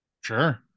Sure